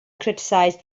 criticized